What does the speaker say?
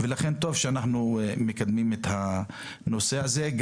לכן טוב שאנחנו מקדמים את הנושא הזה.